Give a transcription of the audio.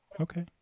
Okay